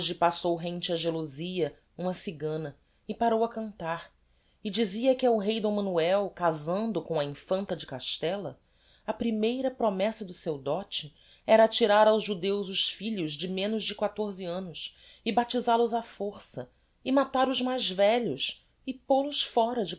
passou rente á gelosia uma cigana e parou a cantar e dizia que el-rei d manuel casando com a infanta de castella a primeira promessa do seu dote era tirar aos judeus os filhos de menos de quatorze annos e baptisal os á força e matar os mais velhos e pol os fóra de